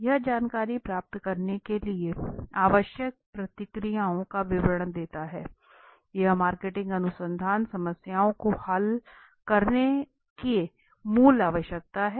यह जानकारी प्राप्त करने के लिए आवश्यक प्रक्रियाओं का विवरण देता है यह मार्केटिंग अनुसंधान समस्याओं को हल करने की मूल आवश्यकता है